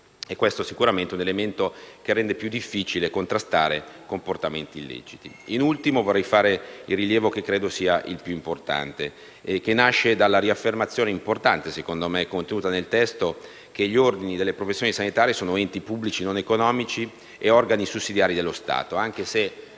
e questo è sicuramente un elemento che rende più difficile contrastare i comportamenti illeciti. Infine, vorrei fare un rilievo che credo sia il più importante e che nasce dalla riaffermazione contenuta nel testo, per me essenziale che gli Ordini delle professioni sanitarie sono enti pubblici non economici e organi sussidiari dello Stato, ovviamente